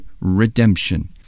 redemption